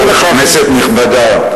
כנסת נכבדה,